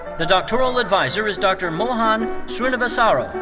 the doctoral adviser is dr. mohan srinivasarao.